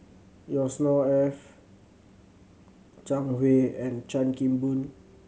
Yusnor Ef Zhang Hui and Chan Kim Boon